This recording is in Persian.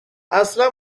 اصلا